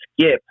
skip